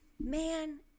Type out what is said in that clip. Man